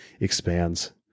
expands